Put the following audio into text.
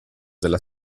della